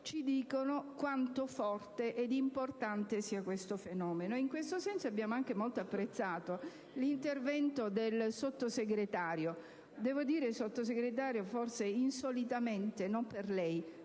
ci dicono quanto forte e importante sia questo fenomeno. In questo senso abbiamo molto apprezzato l'intervento del Sottosegretario, che si è mostrato forse insolitamente -